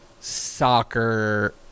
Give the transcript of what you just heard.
soccer